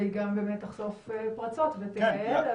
והיא גם באמת תחשוף פרצות ותייעל.